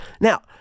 now